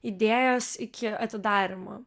idėjos iki atidarymo